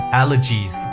allergies